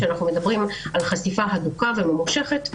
בבית אנחנו מדברים על חשיפה הדוקה וממושכת,